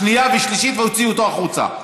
שנייה ושלישית ואוציא אותו החוצה.